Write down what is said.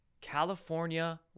California